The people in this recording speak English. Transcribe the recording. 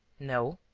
no.